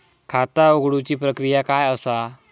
खाता उघडुची प्रक्रिया काय असा?